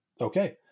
Okay